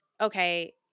okay